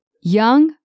young